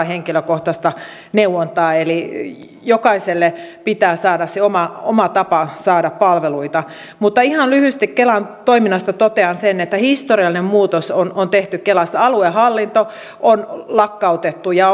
henkilökohtaista neuvontaa eli jokaiselle pitää saada se oma oma tapa saada palveluita mutta ihan lyhyesti kelan toiminnasta totean sen että historiallinen muutos on on tehty kelassa aluehallinto on lakkautettu ja